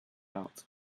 out